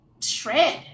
shred